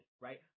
right